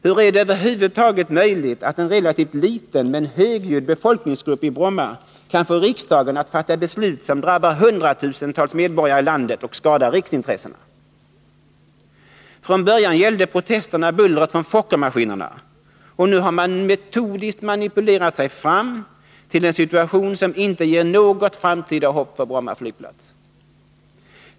Hur är det över huvud taget möjligt att en relativt liten men högljudd befolkningsgrupp i Bromma kan få riksdagen att fatta beslut som drabbar hundratusentals medborgare i landet och skadar riksintressena? Från början gällde protesterna bullret från Fokkermaskinerna, och nu har man metodiskt manipulerat sig fram till en situation som inte ger något framtida hopp för Bromma flygplats.